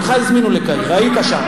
אותך הזמינו לקהיר, היית שם.